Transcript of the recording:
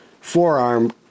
forearm